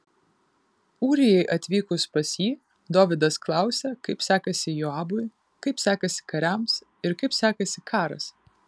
ūrijai atvykus pas jį dovydas klausė kaip sekasi joabui kaip sekasi kariams ir kaip sekasi karas